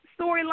storyline